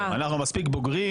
אנחנו מספיק בוגרים.